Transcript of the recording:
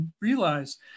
realize